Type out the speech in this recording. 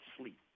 sleep